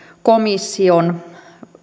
komission